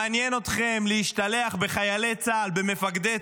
מעניין אתכם להשתלח בחיילי צה"ל, במפקדי צה"ל,